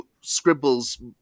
scribbles